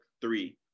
three